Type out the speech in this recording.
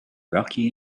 rocky